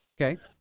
Okay